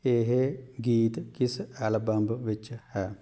ਇਹ ਗੀਤ ਕਿਸ ਐਲਬਮ ਵਿੱਚ ਹੈ